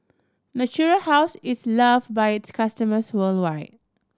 Natura House is loved by its customers worldwide